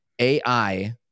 AI